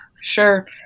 sure